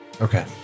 Okay